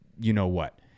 you-know-what